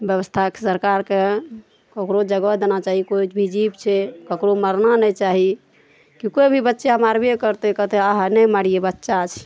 व्यवस्थाक सरकारके ककरो जगह देना चाही कोइ भी जीब छै ककरो मारबाक नहि चाही कि कोइ भी बच्चा मारबे करतै कहतै आहा नहि मारियै बच्चा छियै